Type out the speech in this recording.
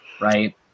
right